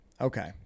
Okay